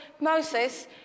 Moses